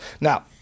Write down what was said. Now